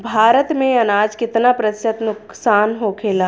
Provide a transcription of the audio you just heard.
भारत में अनाज कितना प्रतिशत नुकसान होखेला?